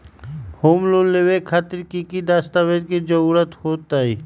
Home loan लेबे खातिर की की दस्तावेज के जरूरत होतई?